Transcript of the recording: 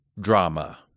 drama